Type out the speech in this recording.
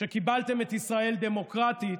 שקיבלתם את ישראל דמוקרטית